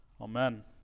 Amen